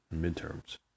midterms